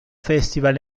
festival